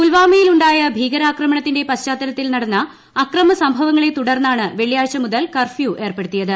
പുൽവാമയിൽ ഉണ്ടായ ഭീകരാക്രമണത്തിന്റെ പശ്ചാത്തലത്തിൽ നടന്ന അക്രമസംഭവങ്ങളെ തുടർന്നാണ് വെള്ളിയാഴ്ച മുതൽ കർഫ്യൂ ഏർപ്പെടുത്തിയത്